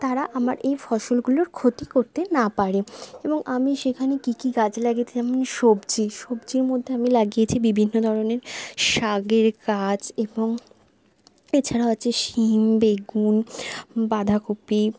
তারা আমার এই ফসলগুলোর ক্ষতি করতে না পারে এবং আমি সেখানে কী কী গাছ লাগিয়েছিলাম সবজি সবজির মধ্যে আমি লাগিয়েছি বিভিন্ন ধরনের শাকের গাছ এবং এছাড়াও আছে সিম বেগুন বাঁধাকপি